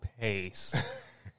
pace